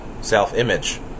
self-image